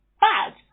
bad